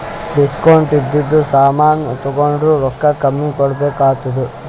discount ಇದ್ದಿದು ಸಾಮಾನ್ ತೊಂಡುರ್ ರೊಕ್ಕಾ ಕಮ್ಮಿ ಕೊಡ್ಬೆಕ್ ಆತ್ತುದ್